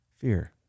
Fear